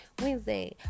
Wednesday